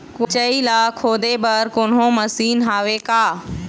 कोचई ला खोदे बर कोन्हो मशीन हावे का?